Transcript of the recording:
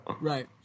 right